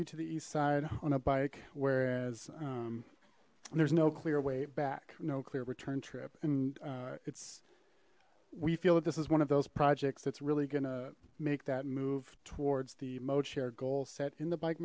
you to the east side on a bike whereas there's no clear way back no clear return trip and it's we feel that this is one of those projects that's really gonna make that move towards the mode share goal set in the bike